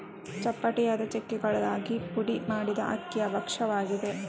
ಚಪ್ಪಟೆಯಾದ ಚಕ್ಕೆಗಳಾಗಿ ಪುಡಿ ಮಾಡಿದ ಅಕ್ಕಿಯ ಭಕ್ಷ್ಯವಾಗಿದೆ